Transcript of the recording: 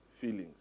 feelings